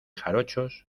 jarochos